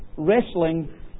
wrestling